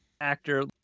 actor